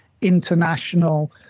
international